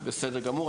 אה, בסדר גמור.